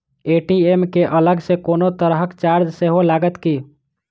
ATM केँ अलग सँ कोनो तरहक चार्ज सेहो लागत की?